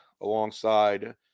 alongside